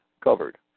covered